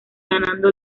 ganando